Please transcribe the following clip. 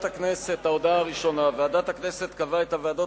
ההודעה הראשונה: ועדת הכנסת קבעה את הוועדות